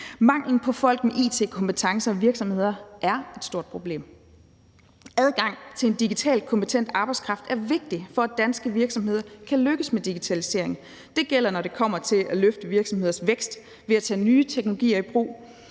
Manglen på folk med it-kompetencer i virksomheder er et stort problem. Adgang til en digitalt kompetent arbejdskraft er vigtig, for at danske virksomheder kan lykkes med digitalisering. Det gælder, når det kommer til at løfte virksomheders vækst ved at tage nye teknologier i brug,